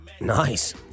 Nice